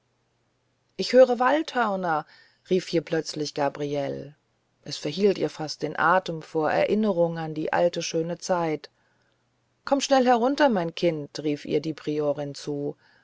ich höre waldhörner rief hier plötzlich gabriele es verhielt ihr fast den atem vor erinnerung an die alte schöne zeit komm schnell herunter mein kind rief ihr die priorin zu